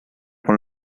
con